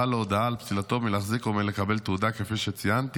לו הודעה על פסילתו מלהחזיק או מלקבל תעודה כפי שציינתי,